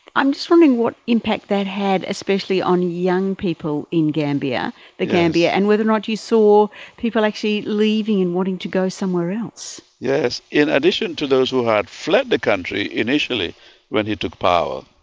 i'm just wondering what impact that had especially on young people in the gambia, and whether or not you saw people actually leaving, and wanting to go somewhere else. yes. in addition to those who had fled the country initially when he took power,